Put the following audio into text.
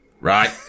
right